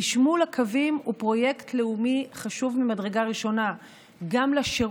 חשמול הקווים הוא פרויקט לאומי חשוב ממדרגה ראשונה לשירות